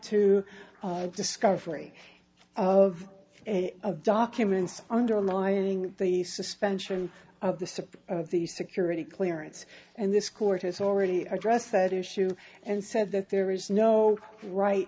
to discovery of of documents underlying the suspension of the support of the security clearance and this court has already addressed that issue and said that there is no right